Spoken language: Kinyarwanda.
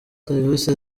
serivisi